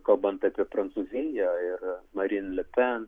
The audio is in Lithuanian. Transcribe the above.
kalbant apie prancūziją ir marin lepen